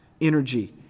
energy